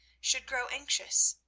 should grow anxious,